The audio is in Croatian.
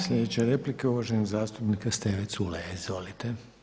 Sljedeća replika je uvaženog zastupnika Steve Culeja, izvolite.